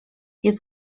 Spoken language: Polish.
jest